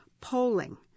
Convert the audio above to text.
polling